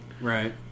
Right